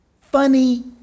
funny